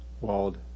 walled